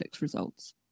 results